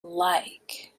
like